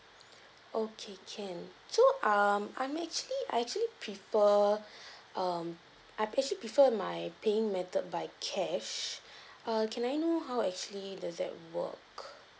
okay can so um I'm actually I actually prefer um I'm actually prefer my paying method by cash uh can I know how actually does that work